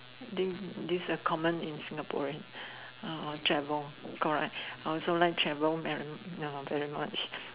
then this are common in Singaporean uh travel correct I also like travel very ya lor very much